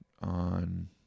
on